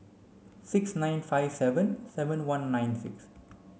six nine five seven seven one nine six